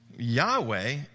Yahweh